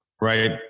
right